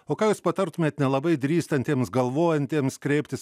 o ką jūs patartumėt nelabai drįstantiems galvojantiems kreiptis